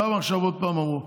למה עכשיו עוד פעם אמרו?